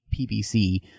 PBC